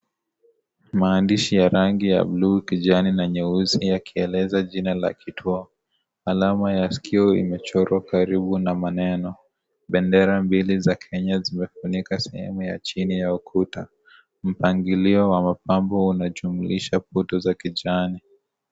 Maandishi ya rangi ya blue ,kijani na nyeusi, yakieleza jina la kituo. Alama ya sikio imechorwa karibu na maneno. Bendera mbili za Kenya zimefunika sehemu ya chini ya ukuta. Mpangilio wa mabambo unajumlisha kuta za kijani.